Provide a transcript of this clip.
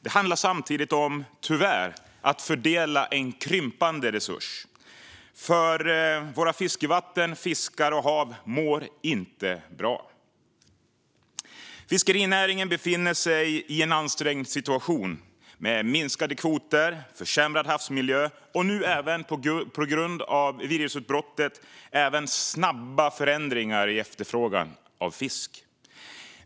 Det handlar samtidigt tyvärr om att fördela en krympande resurs, för våra fiskevatten, fiskar och hav mår inte bra. Fiskerinäringen befinner sig i en ansträngd situation med minskade kvoter, försämrad havsmiljö och nu, på grund av virusutbrottet, även med snabba förändringar i efterfrågan på fisk.